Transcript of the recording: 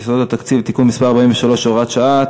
יסודות התקציב (תיקון מס' 43, הוראת שעה)